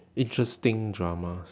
interesting dramas